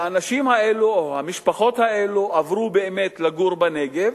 האנשים האלה או המשפחות האלה עברו באמת לגור בנגב,